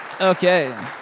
Okay